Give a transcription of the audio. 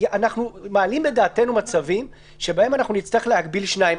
אנחנו מעלים בדעתנו מצבים שבהם אנחנו נצטרך להגביל שניים.